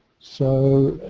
so,